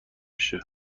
میشه